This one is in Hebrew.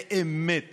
באמת